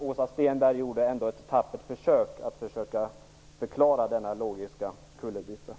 Åsa Stenberg gjorde ändå ett tappert försök att försöka förklara denna logiska kullerbytta.